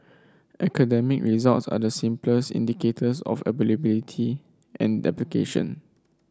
academic results are the simplest indicators of ability and application